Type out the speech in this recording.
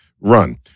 Run